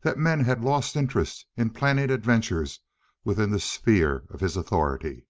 that men had lost interest in planning adventures within the sphere of his authority.